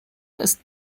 ist